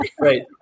Right